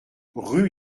rue